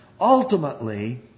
Ultimately